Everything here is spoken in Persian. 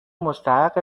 مستحق